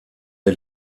est